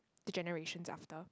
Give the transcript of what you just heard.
the generations after